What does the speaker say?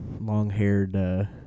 long-haired